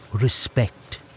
respect